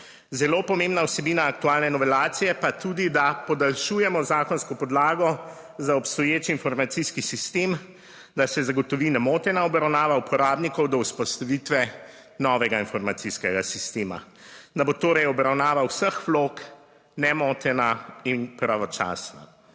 Zelo pomembna vsebina aktualne novelacije pa tudi, da podaljšujemo zakonsko podlago za obstoječi informacijski sistem, da se zagotovi nemotena obravnava uporabnikov do vzpostavitve novega informacijskega sistema, da bo torej obravnava vseh vlog nemotena in pravočasna.